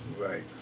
Right